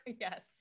Yes